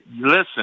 Listen